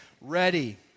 ready